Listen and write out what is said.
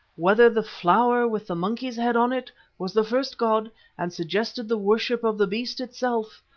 whether the flower with the monkey's head on it was the first god and suggested the worship of the beast itself,